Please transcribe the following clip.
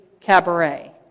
Cabaret